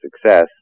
success